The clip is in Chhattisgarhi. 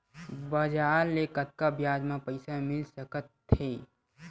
बजार ले कतका ब्याज म पईसा मिल सकत हे?